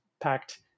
packed